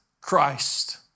Christ